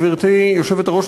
גברתי היושבת-ראש,